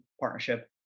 partnership